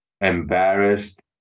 embarrassed